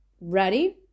ready